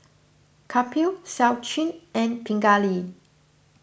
Kapil Sachin and Pingali